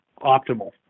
optimal